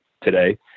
today